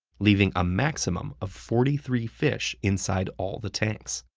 leaving a maximum of forty three fish inside all the tanks.